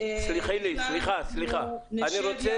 שאלתי על פרויקטור.